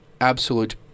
absolute